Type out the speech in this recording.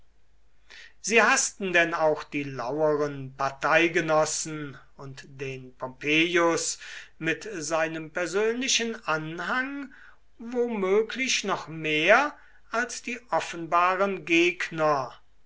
sie haßten denn auch die laueren parteigenossen und den pompeius mit seinem persönlichen anhang womöglich noch mehr als die offenbaren gegner